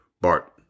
Bart